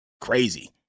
crazy